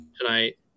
tonight